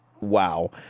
Wow